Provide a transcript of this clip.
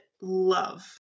love